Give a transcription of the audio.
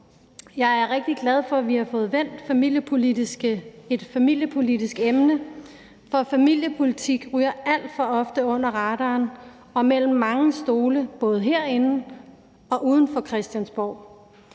Jeg er rigtig glad for, at vi har fået vendt et familiepolitisk emne, for familiepolitik ryger alt for ofte under radaren og mellem mange stole, både herinde og uden for Christiansborg.